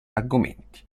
argomenti